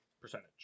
percentage